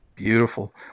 Beautiful